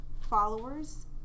followers